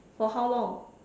for how long